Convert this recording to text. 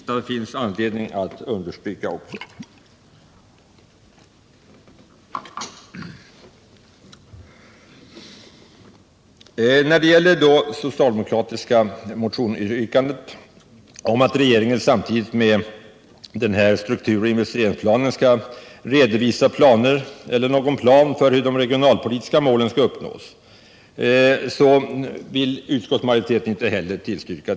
Jag vill särskilt understryka det sista. Inte heller det socialdemokratiska yrkandet om att regeringen samtidigt med denna strukturoch investeringsplan skall redovisa en plan för hur de regionalpolitiska målen skall uppnås vill utskottsmajoriteten tillstyrka.